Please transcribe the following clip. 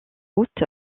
route